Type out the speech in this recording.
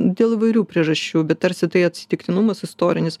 dėl įvairių priežasčių bet tarsi tai atsitiktinumas istorinis